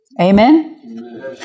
Amen